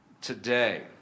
today